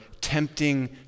tempting